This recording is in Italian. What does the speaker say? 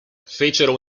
fecero